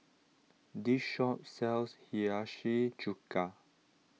this shop sells Hiyashi Chuka